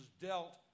dealt